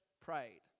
prayed